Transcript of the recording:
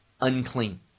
unclean